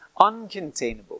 uncontainable